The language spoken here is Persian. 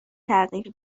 تغییر